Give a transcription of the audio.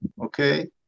okay